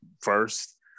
first